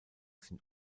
sind